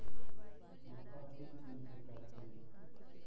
मक्का किस चीज से करते हैं?